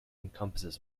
encompasses